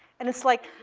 and it's, like,